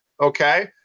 okay